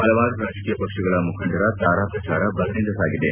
ಹಲವಾರು ರಾಜಕೀಯ ಪಕ್ಷಗಳ ಮುಖಂಡರ ತಾರಾ ಪ್ರಚಾರ ಬರದಿಂದ ಸಾಗಿದೆ